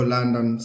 London